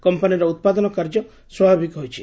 କମ୍ପାନୀର ଉପାଦନ କାର୍ଯ୍ୟ ସ୍ୱାଭାବିକ୍ ହୋଇଛି